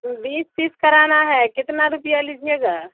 بیس پیس کرانا ہے کتنا روپیہ لیجیے گا